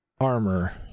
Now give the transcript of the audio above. armor